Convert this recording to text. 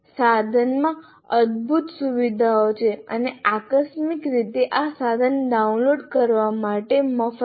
સાધનમાં અદ્ભુત સુવિધાઓ છે અને આકસ્મિક રીતે આ સાધન ડાઉનલોડ કરવા માટે મફત છે